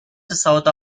south